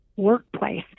workplace